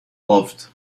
loved